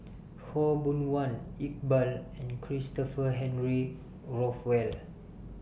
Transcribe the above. Khaw Boon Wan Iqbal and Christopher Henry Rothwell